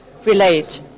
relate